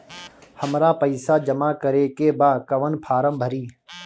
हमरा पइसा जमा करेके बा कवन फारम भरी?